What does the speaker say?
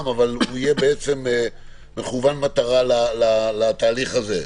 אבל הוא יהיה מכוון מטרה לתהליך הזה,